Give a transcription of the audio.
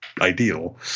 ideal